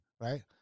right